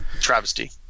travesty